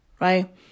right